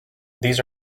these